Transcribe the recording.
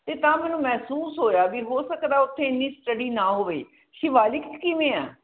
ਅਤੇ ਤਾਂ ਮੈਨੂੰ ਮਹਿਸੂਸ ਹੋਇਆ ਵੀ ਹੋ ਸਕਦਾ ਉੱਥੇ ਇੰਨੀ ਸਟੱਡੀ ਨਾ ਹੋਵੇ ਸ਼ਿਵਾਲਿਕ 'ਚ ਕਿਵੇਂ ਹੈ